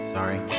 Sorry